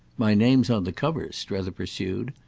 my name's on the cover, strether pursued,